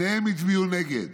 שניהם הצביעו נגד.